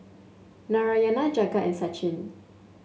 Narayana Jagat and Sachin